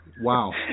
Wow